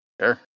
Sure